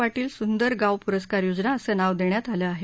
पाटील सुंदर गाव प्रस्कार योजना असं नाव देण्यात आलं आहे